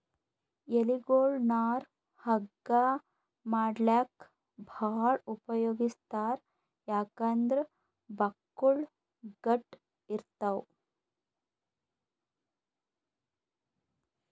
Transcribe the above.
ಎಲಿಗೊಳ್ ನಾರ್ ಹಗ್ಗಾ ಮಾಡ್ಲಾಕ್ಕ್ ಭಾಳ್ ಉಪಯೋಗಿಸ್ತಾರ್ ಯಾಕಂದ್ರ್ ಬಕ್ಕುಳ್ ಗಟ್ಟ್ ಇರ್ತವ್